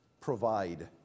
provide